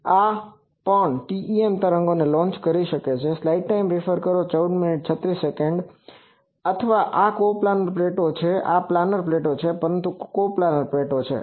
તો આ પણ TEM તરંગોને લોંચ કરી શકે છે અથવા આ કોપ્લાનર પ્લેટો છે પ્લાનર પ્લેટો છે પરંતુ કોપ્લાનર છે